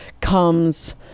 comes